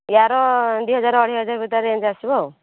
ଏହାର ଦୁଇ ହଜାର ଅଢ଼େଇ ହଜାର ଭିତରେ ରେଞ୍ଜ୍ ଆସିବ ଆଉ